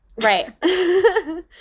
Right